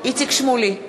איציק שמולי,